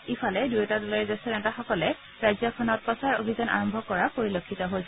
ইফালে দুয়োটা দলৰে জ্যেষ্ঠ নেতাসকলে ৰাজ্যখনত প্ৰচাৰ অভিযান আৰম্ভ কৰাৰ পৰিলক্ষিত হৈছে